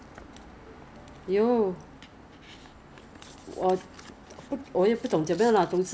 so your first step is to remove makeup right or remove makeup or sunblock is cleansing oil or cleansing water cleansing milk